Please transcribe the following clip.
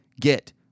get